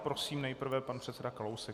Prosím nejprve pan předseda Kalousek.